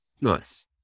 Nice